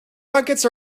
buckets